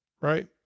right